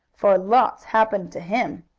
for lots happened to him.